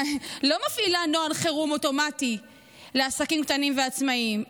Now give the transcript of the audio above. לא מפעילה נוהל חירום אוטומטי לעסקים קטנים ועצמאים,